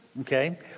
okay